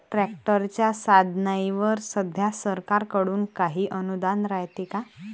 ट्रॅक्टरच्या साधनाईवर सध्या सरकार कडून काही अनुदान रायते का?